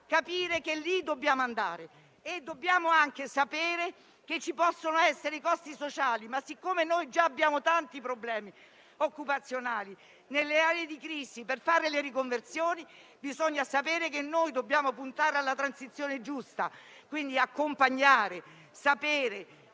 in quella direzione e dobbiamo anche sapere che possono esserci dei costi sociali. Tuttavia, siccome abbiamo già tanti problemi occupazionali nelle aree di crisi per fare le riconversioni, bisogna sapere che dobbiamo puntare alla transizione giusta, quindi accompagnare, sapere,